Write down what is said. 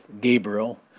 Gabriel